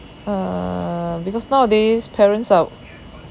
err because nowadays parents are